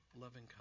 loving